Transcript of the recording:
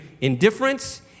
indifference